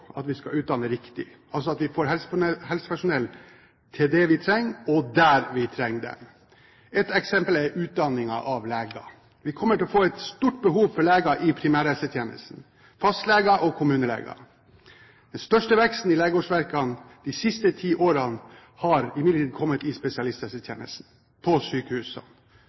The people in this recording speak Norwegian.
at vi skal utdanne riktig, altså slik at vi får helsepersonell til det vi trenger, og der vi trenger dem. Et eksempel er utdanningen av leger. Vi kommer til å få et stort behov for leger i primærhelsetjenesten – fastleger og kommuneleger. Den største veksten i legeårsverkene de siste ti årene har imidlertid kommet i spesialisthelsetjenesten, på sykehusene.